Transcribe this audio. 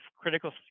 critical